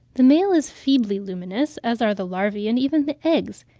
the male is feebly luminous, as are the larvae and even the eggs.